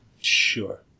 Sure